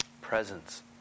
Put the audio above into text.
presence